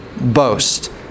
boast